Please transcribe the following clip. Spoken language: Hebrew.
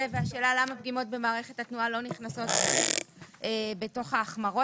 והשאלה למה פגימות במערכת התנועה לא נכנסות בתוך ההחמרות.